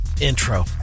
Intro